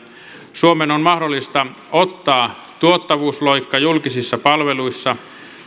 suomen on mahdollista ottaa tuottavuusloikka julkisissa palveluissa